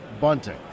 bunting